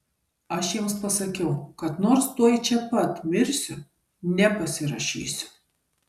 aš jiems pasakiau kad nors tuoj čia pat mirsiu nepasirašysiu